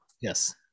yes